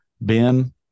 Ben